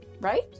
right